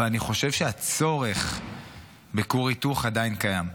אבל אני חושב שהצורך בכור היתוך עדיין קיים.